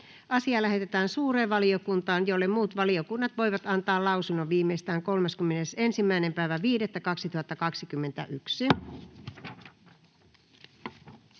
asia lähetetään suureen valiokuntaan, jolle muut valiokunnat voivat antaa lausunnon viimeistään 31.5.2021.